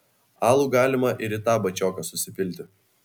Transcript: alų galima ir į tą bačioką susipilti